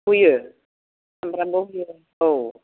हुयो सानफ्रामबो हुयो औ